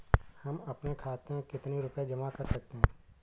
हम अपने खाते में कितनी रूपए जमा कर सकते हैं?